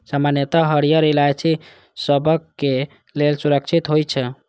सामान्यतः हरियर इलायची सबहक लेल सुरक्षित होइ छै